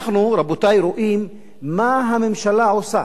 רבותי, אנחנו רואים מה הממשלה עושה